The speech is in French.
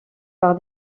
par